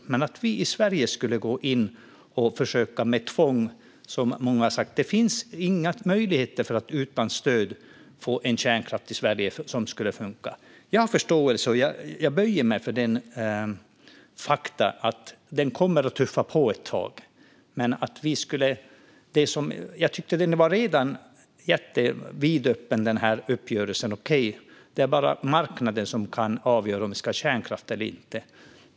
Men många har talat om att vi i Sverige skulle gå in och försöka med tvång. Det finns inga möjligheter att utan stöd få kärnkraft i Sverige som skulle fungera. Jag böjer mig för fakta om att kärnkraften kommer att tuffa på ett tag. Jag tyckte att denna uppgörelse var vidöppen. Men det är bara marknaden som kan avgöra om vi ska ha kärnkraft eller inte.